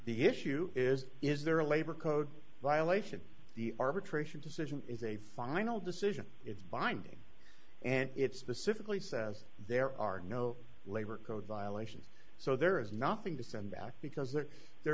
the issue is is there a labor code violation the arbitration decision is a final decision it's binding and it's specifically says there are no labor code violations so there is nothing to send back because that there